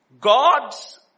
God's